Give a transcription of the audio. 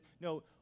No